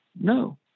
No